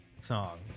song